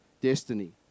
destiny